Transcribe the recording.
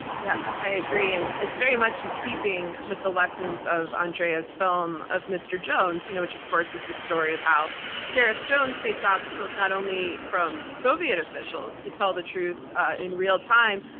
yep, i agree. and it's very much in keeping with the lessons of andrea's film, of mr. jones, you know which of course is the story of how gareth jones faced obstacles not only from soviet officials to tell the truth in real time,